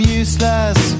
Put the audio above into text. useless